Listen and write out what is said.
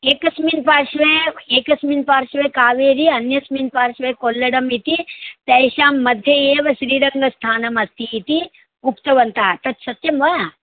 एकस्मिन् पार्श्वे एकस्मिन् पार्श्वे कावेरी अन्यस्मिन् पार्श्वे कोल्लडम् इति तेषां मध्ये एव श्रीरङ्गस्थानमस्ति इति उक्तवन्तः तत् सत्यं वा